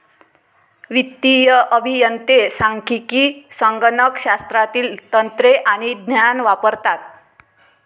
वित्तीय अभियंते सांख्यिकी, संगणक शास्त्रातील तंत्रे आणि ज्ञान वापरतात